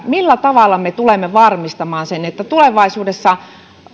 millä tavalla me ylipäätänsä tulemme varmistamaan sen että tulevaisuudessa